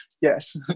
Yes